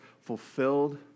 fulfilled